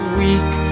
weak